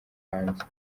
hanze